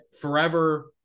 forever